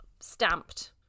stamped